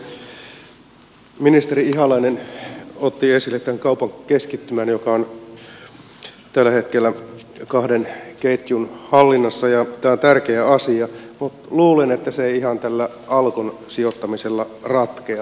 ministeri ihalainen otti esille tämän kaupan keskittymän joka on tällä hetkellä kahden ketjun hallinnassa ja tämä on tärkeä asia mutta luulen että se ei ihan tällä alkon sijoittamisella ratkea